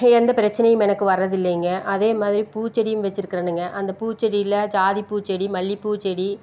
எந்த பிரச்சினையும் எனக்கு வர்றதில்லைங்க அதே மாதிரி பூச்செடியும் வச்சுருக்குறேனுங்க அந்த பூச்செடியில் ஜாதிப்பூச்செடி மல்லிகைப்பூச்செடி